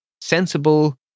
sensible